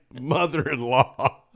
mother-in-law